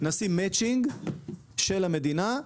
נשים מצ'ינג של המדינה.